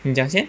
你讲先